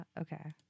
Okay